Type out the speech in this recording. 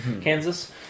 Kansas